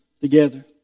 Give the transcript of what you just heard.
together